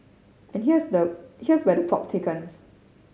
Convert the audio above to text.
and here's the here's where the plot thickens